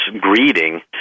greeting